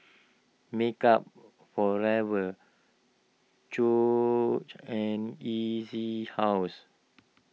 Makeup Forever and E C House